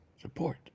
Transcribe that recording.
support